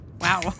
Wow